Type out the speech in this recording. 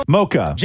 Mocha